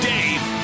Dave